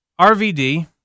RVD